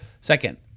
second